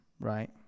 right